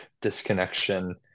disconnection